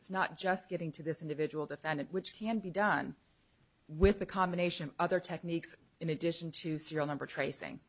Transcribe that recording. it's not just getting to this individual defendant which can be done with a combination other techniques in addition to serial number tracing